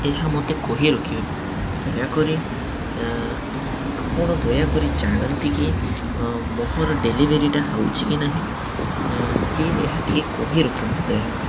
ଏହା ମୋତେ କହି ରଖିବେ ଦୟାକରି ଆପଣ ଦୟାକରି ଜାଣନ୍ତି କି ମୋହର ଡ଼େଲିଭରିଟା ହେଉଛି କି ନାହିଁ ପ୍ଲିଜ୍ ଏହା ଟିକେ କହି ରଖନ୍ତୁ ଦୟାକରି